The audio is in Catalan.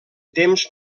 temps